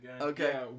Okay